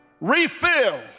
Refill